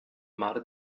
mare